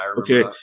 Okay